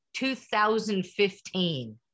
2015